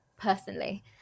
personally